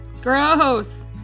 Gross